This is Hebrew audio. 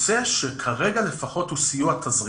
יוצא שכרגע לפחות הוא סיוע תזרימי.